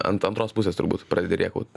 ant antros pusės turbūt pradedi rėkaut